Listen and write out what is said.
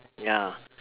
ya